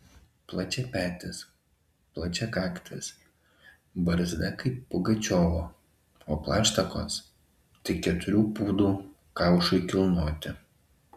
plačiapetis plačiakaktis barzda kaip pugačiovo o plaštakos tik keturių pūdų kaušui kilnoti